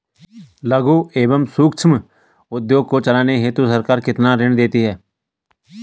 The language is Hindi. लघु एवं सूक्ष्म उद्योग को चलाने हेतु सरकार कितना ऋण देती है?